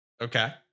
Okay